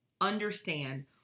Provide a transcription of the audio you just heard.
understand